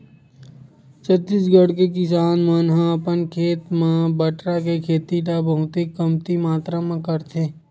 छत्तीसगढ़ के किसान मन ह अपन खेत म बटरा के खेती ल बहुते कमती मातरा म करथे